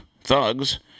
thugs